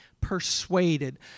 persuaded